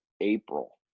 april